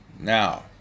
Now